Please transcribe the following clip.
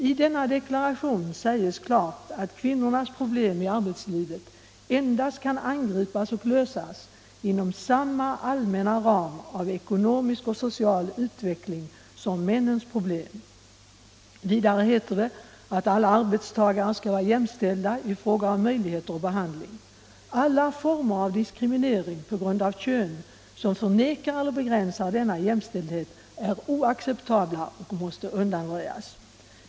I denna deklaration sägs klart att kvinnornas problem i arbetslivet endast kan angripas och lösas inom samma allmänna ram av ekonomisk och social utveckling som männens problem. Vidare heter det att alla arbetstagare skall vara jämställda i fråga om möjligheter och behandling. Alla former av diskriminering på grund av kön som förnekar eller begränsar denna jämställdhet är oacceptabla och måste undanröjas.